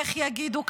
איך יגידו,